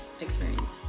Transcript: experience